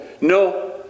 No